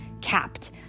capped